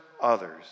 others